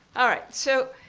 all right, so,